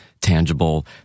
tangible